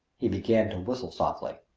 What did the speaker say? he began to whistle softly.